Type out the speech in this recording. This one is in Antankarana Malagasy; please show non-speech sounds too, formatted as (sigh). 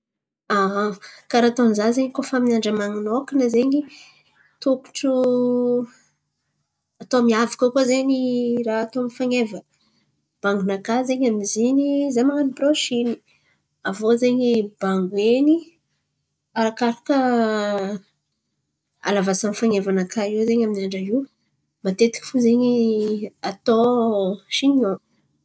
(hesitation) Karà ataony za zen̈y koa fa amin'ny andra manokana zen̈y tôkotro atao miavaka koa zen̈y raha atao amy fan̈eva. Bango-nakà zen̈y amy zen̈y za man̈ano birôsiny. Aviô zen̈y bangoen̈y arakaraka halavasan'ny fan̈eva-nakà iô zen̈y amin'ny andra io matetiky fo zen̈y atao sin̈òn.